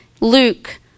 luke